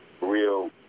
real